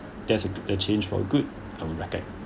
there's a go~ uh change for good on the record